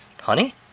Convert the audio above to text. honey